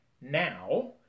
now